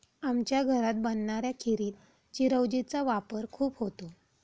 आमच्या घरात बनणाऱ्या खिरीत चिरौंजी चा वापर खूप होतो